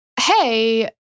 hey